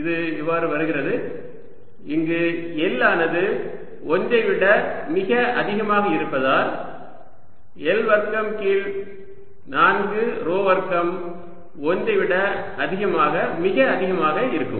இது இவ்வாறு வருகிறது இங்கு L ஆனது 1 ஐ விட மிக அதிகமாக இருப்பதால் L வர்க்கம் கீழ் 4 ρ வர்க்கம் 1 ஐ விட அதிகமாக மிக அதிகமாக இருக்கும்